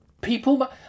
people